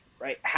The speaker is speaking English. right